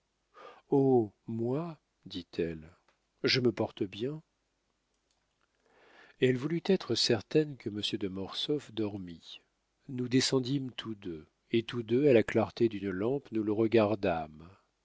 moi dit-elle je me porte bien elle voulut être certaine que monsieur de mortsauf dormît nous descendîmes tous deux et tous deux à la clarté d'une lampe nous le regardâmes